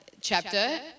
chapter